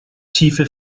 tiefe